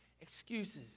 excuses